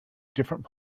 different